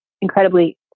incredibly